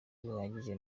bihagije